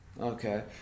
Okay